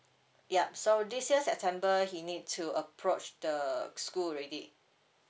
yup so this year september he need to approach the school already